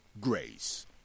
grace